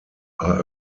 are